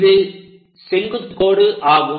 இது செங்குத்துக் கோடு ஆகும்